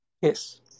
Yes